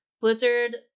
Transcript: Blizzard